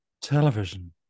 television